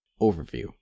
Overview